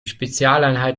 spezialeinheit